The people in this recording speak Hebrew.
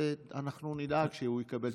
ואנחנו נדאג שהוא יקבל תשובה בכתב.